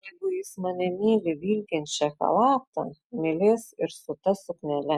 jeigu jis mane myli vilkinčią chalatą mylės ir su ta suknele